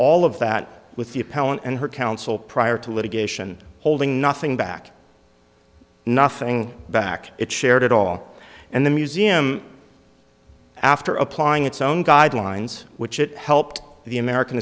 all of that with the appellant and her counsel prior to litigation holding nothing back nothing back it shared at all and the museum after applying its own guidelines which it helped the american